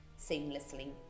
seamlessly